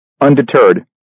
Undeterred